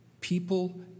people